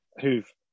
who've